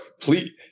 Please